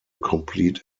complete